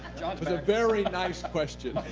was a very nice question.